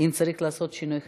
אם צריך לעשות שינוי חקיקה,